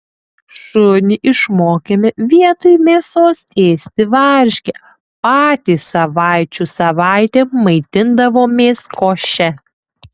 šunį išmokėme vietoj mėsos ėsti varškę patys savaičių savaitėm maitindavomės koše